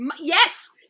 yes